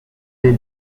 les